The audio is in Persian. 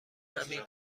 همین